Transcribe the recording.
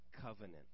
covenant